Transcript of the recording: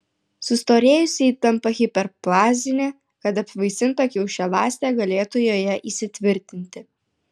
sustorėjusi ji tampa hiperplazinė kad apvaisinta kiaušialąstė galėtų joje įsitvirtinti